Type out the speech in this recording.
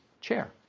chair